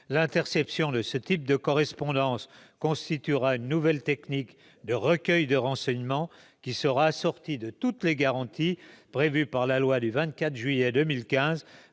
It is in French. titre confidentiel ou privé, qui constituera une nouvelle technique de recueil de renseignements et qui sera assorti de toutes les garanties prévues par la loi du 24 juillet 2015